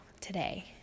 today